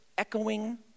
Echoing